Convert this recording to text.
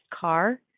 car